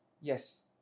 Yes